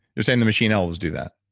you're saying the machine elves do that?